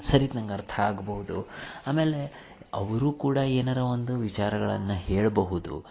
ಸರಿತ್ನಂಗೆ ಅರ್ಥ ಆಗ್ಬೋದು ಆಮೇಲೆ ಅವರು ಕೂಡ ಏನಾರ ಒಂದು ವಿಚಾರಗಳನ್ನು ಹೇಳಬಹುದು